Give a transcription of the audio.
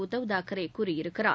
உத்தவ் தாக்கரே கூறியிருக்கிறார்